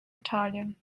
italien